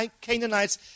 Canaanites